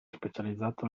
specializzato